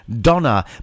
Donna